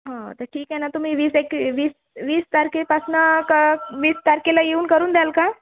हं तर ठीक आहे तुम्ही वीस एक वीस वीस तारखेपासनं का वीस तारखेला येऊन करून द्याल का